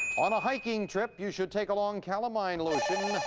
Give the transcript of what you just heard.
on a hiking trip, you should take along calamine lotion.